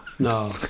No